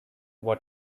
what